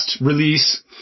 release